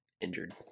injured